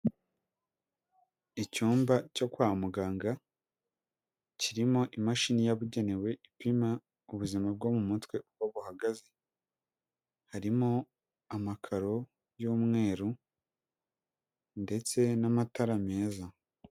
Icyumba cyo kwa muganga kirimo imashini yabugenewe, ipima ubuzima bwo mu mutwe uko buhagaze harimo amakaro y'umweru ndetse n'amatara meza.